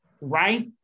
right